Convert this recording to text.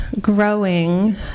growing